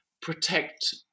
protect